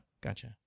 Gotcha